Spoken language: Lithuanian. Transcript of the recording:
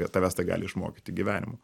tavęs tai gali išmokyti gyvenimo